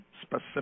specific